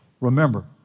Remember